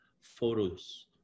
photos